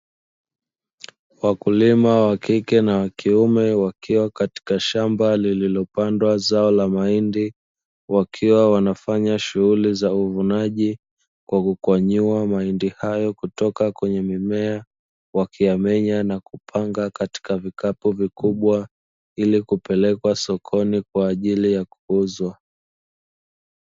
Wakulima wa kike na wa kiume wakiwa katika shamba lililopandwa zao la mahindi, wakiwa wanafanya shughuli za uvunaji kwa kukwanyuwa mahindi hayo kutoka kwenye mimea, wakiyamenya na kupanga katika vikapu vikubwa ili kupelekwa sokoni kwa ajili ya kuuzwa.